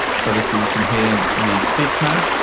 so, obviously you can hear me speak now.